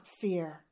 fear